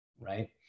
right